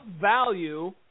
value